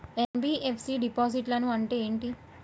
NBFC డిపాజిట్లను అంటే ఏంటి?